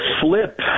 flip